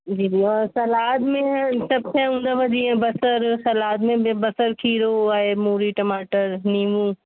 जी जी और सलाद में सभु शइ हूंदव जीअं बसर सलाद में ॿे बसर खीरो आहे मूरी टमाटर नींमू